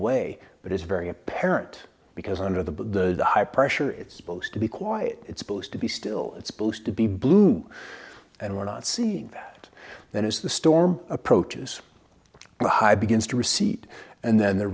way but it's very apparent because under the high pressure it's supposed to be quiet it's believed to be still it's believed to be blue and we're not seeing that that is the storm approaches well high begins to recede and then they're